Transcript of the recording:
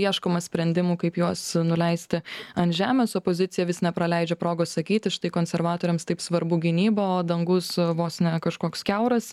ieškoma sprendimų kaip juos nuleisti ant žemės opozicija vis nepraleidžia progos sakyti štai konservatoriams taip svarbu gynyba o dangus vos ne kažkoks kiauras